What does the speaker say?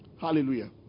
Hallelujah